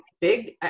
big